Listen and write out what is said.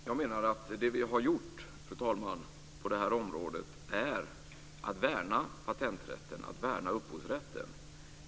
Fru talman! Jag menar att det vi har gjort på det här området är att värna patenträtten och upphovsrätten.